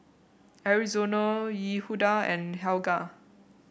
Arizona Yehuda and Helga